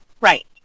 Right